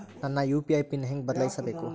ನನ್ನ UPI PIN ಹೆಂಗ್ ಬದ್ಲಾಯಿಸ್ಬೇಕು?